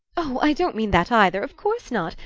oh, i don't mean that either of course not!